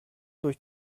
durch